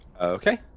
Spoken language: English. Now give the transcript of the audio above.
Okay